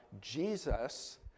Jesus